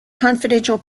confidential